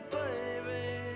baby